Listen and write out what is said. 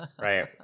right